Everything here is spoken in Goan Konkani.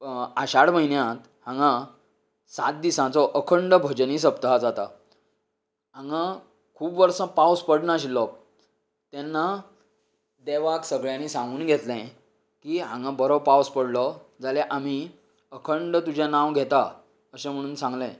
आशाढ म्हयन्यांत हांगा सात दिसाचो अखंड भजनी सप्ताह जाता हांगा खूब वर्सा पावस पडनाशिल्लो तेन्ना देवाक सगळ्यांनी सांगून घेतले की हांगा बरो पावस पडलो जाल्यार आमी अखंड तुजें नांव घेता अशें म्हणून सांगले